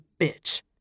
bitch